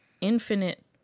infinite